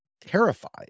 terrified